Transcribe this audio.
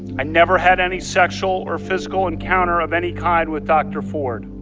i never had any sexual or physical encounter of any kind with dr. ford.